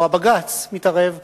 או הבג"ץ מתערב ואומר: